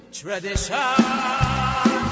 tradition